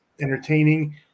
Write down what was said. entertaining